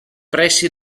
pressi